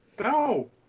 No